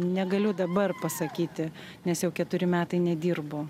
negaliu dabar pasakyti nes jau keturi metai nedirbu